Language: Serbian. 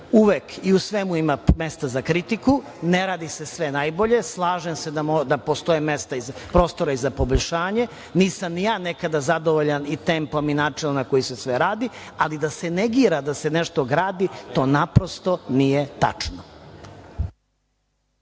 Uvek i u svemu ima mesta za kritiku. Ne radi se sve najbolje. Slažem se da postoji i prostor za poboljšanje. Nisam ni ja nekada zadovoljan i tempom i načinom na koji se sve radi, ali da se negira da se nešto gradi to naprosto nije tačno.